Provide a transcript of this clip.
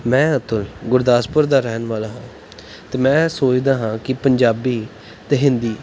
ਮੈਂ ਅਤੁਲ ਗੁਰਦਾਸਪੁਰ ਦਾ ਰਹਿਣ ਵਾਲਾ ਅਤੇ ਮੈਂ ਸੋਚਦਾ ਹਾਂ ਕਿ ਪੰਜਾਬੀ ਅਤੇ ਹਿੰਦੀ